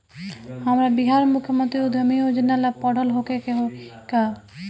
हमरा बिहार मुख्यमंत्री उद्यमी योजना ला पढ़ल होखे के होई का?